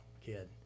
kid